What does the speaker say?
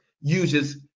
uses